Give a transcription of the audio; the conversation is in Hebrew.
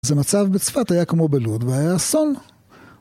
אז המצב בצפת היה כמו בלוד והיה אסון.